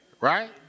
right